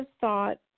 thought